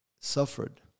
suffered